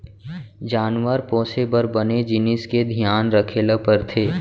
जानवर पोसे बर बने जिनिस के धियान रखे ल परथे